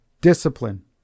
Discipline